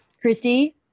Christy